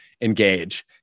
engage